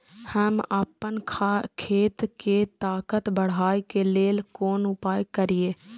हम आपन खेत के ताकत बढ़ाय के लेल कोन उपाय करिए?